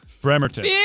Bremerton